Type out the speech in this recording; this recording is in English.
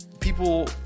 People